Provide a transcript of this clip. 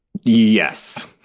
Yes